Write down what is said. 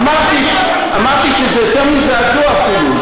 אמרתי שזה יותר מזעזוע אפילו.